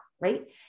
right